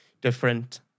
different